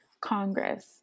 Congress